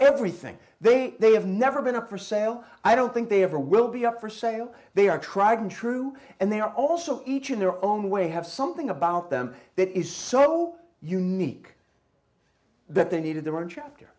everything they say they have never been a for sale i don't think they ever will be up for sale they are tried and true and they are also each in their own way have something about them that is so unique that they needed their own chapter